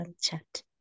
chat